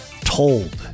told